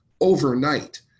overnight